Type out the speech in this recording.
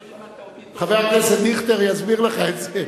אני לא יודע, חבר הכנסת דיכטר יסביר לך את זה.